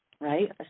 right